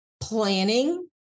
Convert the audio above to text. planning